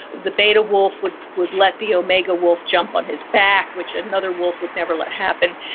the beta wolf would would let the omega wolf jump on his back, which another wolf would never let happen,